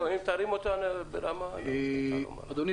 אדוני,